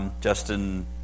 Justin